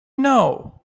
know